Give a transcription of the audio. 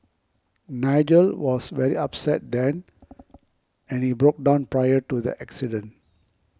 Nigel was very upset then and he broke down prior to the accident